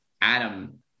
Adam